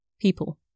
people